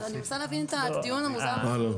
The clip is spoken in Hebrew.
אני מנסה להבין את הדיון המוזר הזה.